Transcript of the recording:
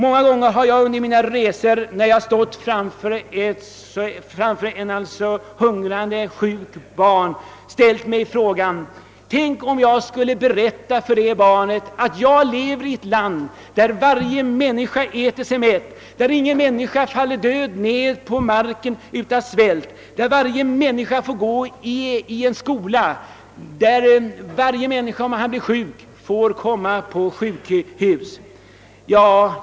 Många gånger har jag under mina resor, när jag stått framför ett hungrande och sjukt barn, ställt mig frågan, om jag för barnet skulle berätta att jag kommer från ett land, där varje människa äter sig mätt och där ingen faller ned död på gatan av svält — ett land där alla människor får gå i skola och ofta får komma till sjukhus när de blir sjuka.